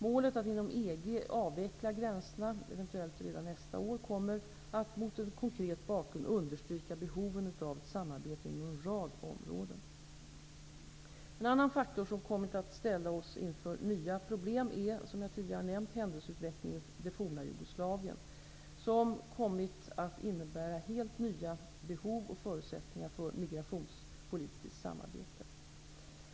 Målet att inom EG avveckla gränserna, eventuellt redan nästa år, kommer att mot en konkret bakgrund understryka behovet av samarbete inom en rad områden. En annan faktor som kommit att ställa oss inför nya problem är, som jag tidigare nämnt, händelseutvecklingen i f.d. Jugoslavien som kommit att innebära helt nya behov och förutsättningar för migrationspolitiskt samarbete.